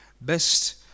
best